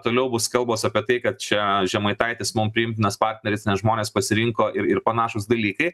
toliau bus kalbos apie tai kad čia žemaitaitis mum priimtinas partneris nes žmonės pasirinko ir ir panašūs dalykai